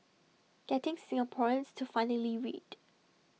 getting Singaporeans to finally read